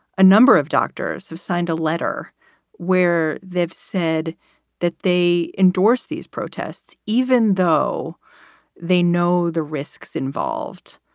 a number of doctors have signed a letter where they've said that they endorse these protests even though they know the risks involved.